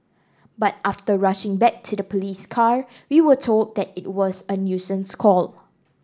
but after rushing back to the police car we were told that it was a nuisance call